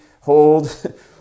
hold